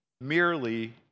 merely